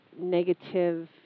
negative